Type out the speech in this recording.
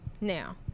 now